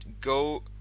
go